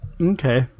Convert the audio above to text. Okay